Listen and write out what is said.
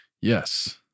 Yes